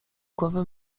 głowę